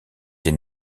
des